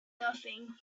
nothing